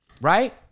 right